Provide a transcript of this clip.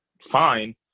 fine